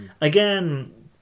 again